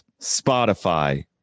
Spotify